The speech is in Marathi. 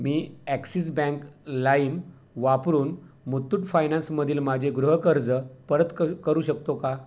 मी ॲक्सिस बँक लाईम वापरून मुथूट फायनान्समधील माझे गृहकर्ज परत कर करू शकतो का